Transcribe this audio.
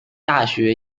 大学